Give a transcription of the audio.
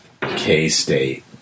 K-State